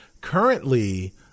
currently